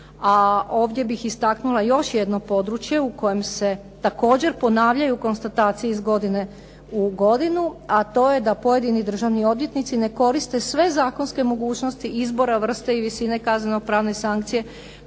A ovdje bih istaknula još jedno područje u kojem se također ponavljaju konstatacije iz godine u godinu, a to je da pojedini državni odvjetnici ne koriste sve zakonske mogućnosti izbora vrste i visine kaznenopravne sankcije,